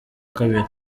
kabiri